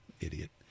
Idiot